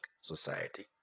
society